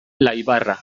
laibarra